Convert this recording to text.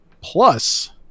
Plus